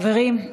חברים,